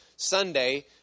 Sunday